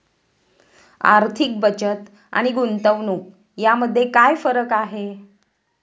आर्थिक बचत आणि गुंतवणूक यामध्ये काय फरक आहे?